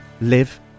live